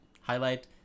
highlight